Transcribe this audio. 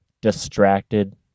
distracted